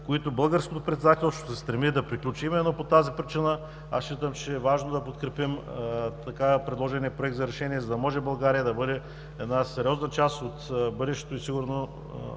които българското председателство ще се стреми да приключи. Именно по тази причина аз считам, че е важно да подкрепим така предложения Проект за решение, за да може България да бъде една сериозна част от бъдещото и сигурно